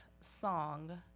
song